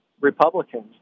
Republicans